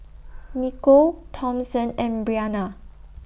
Nicole Thompson and Brianna